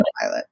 pilot